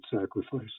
sacrifice